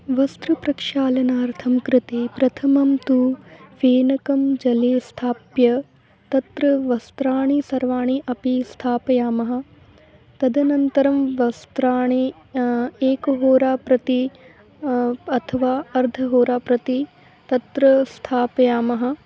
वस्त्र प्रक्षालनार्थं कृते प्रथमं तु फेनकं जले स्थाप्य तत्र वस्त्राणि सर्वाणि अपि स्थापयामः तदनन्तरं वस्त्राणि एक होरां प्रति अथवा अर्ध होरां प्रति तत्र स्थापयामः